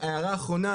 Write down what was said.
הערה אחרונה,